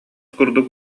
курдук